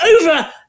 over